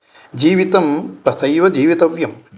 जीवितं तथैव जीवितव्यम्